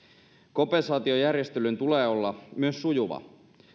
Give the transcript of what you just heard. kompensaatiojärjestelyn tulee olla myös sujuva